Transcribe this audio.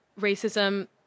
racism